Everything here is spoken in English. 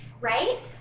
right